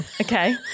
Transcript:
okay